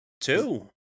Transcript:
Two